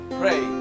pray